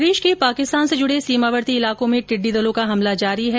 प्रदेश के पाकिस्तान से जुडे सीमावर्ती इलाकों में टिड्डी दलों का हमला जारी हैं